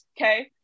Okay